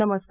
नमस्कार